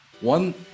One